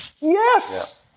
Yes